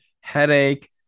headache